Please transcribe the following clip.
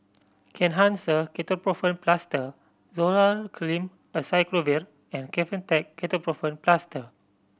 Kenhancer Ketoprofen Plaster Zoral Cream Acyclovir and Kefentech Ketoprofen Plaster